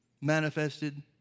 manifested